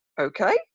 okay